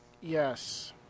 Yes